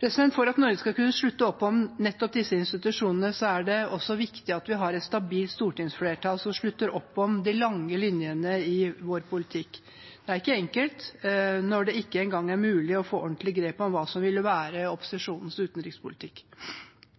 For at Norge skal kunne slutte opp om nettopp disse institusjonene, er det viktig at vi har et stabilt stortingsflertall som slutter opp om de lange linjene i vår politikk. Det er ikke enkelt når det ikke engang er mulig å få ordentlig grep om hva som ville være opposisjonens utenrikspolitikk.